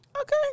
Okay